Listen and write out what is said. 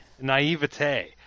naivete